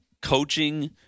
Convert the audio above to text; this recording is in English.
coaching